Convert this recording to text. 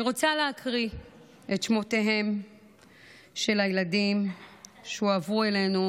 אני רוצה להקריא את שמותיהם של הילדים שהועברו אלינו